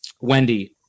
Wendy